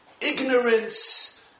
ignorance